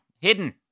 hidden